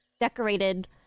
decorated